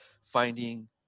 finding